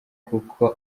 kuko